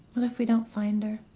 what if we don't find her?